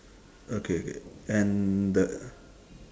okay okay and the